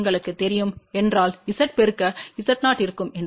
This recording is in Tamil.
உங்களுக்கு தெரியும் என்றால் Z பெருக்க Z0இருக்கும் என்று 2Z0 2Z0Z